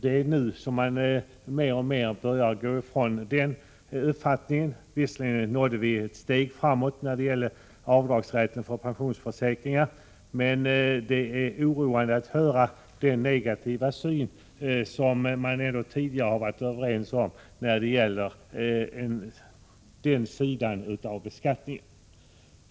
Det är nu som man mer och mer börjar gå ifrån den tidigare uppfattningen. Visserligen tog vi ett steg framåt när det gäller avdragsrätt för pensionsförsäkringar. Men det är oroande att nu behöva konstatera en negativ syn i en fråga som man tidigare varit överens om beträffande denna sida av beskattningen.